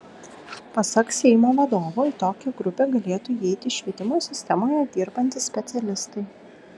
pasak seimo vadovo į tokią grupę galėtų įeiti švietimo sistemoje dirbantys specialistai